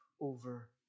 over